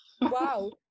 wow